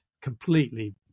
completely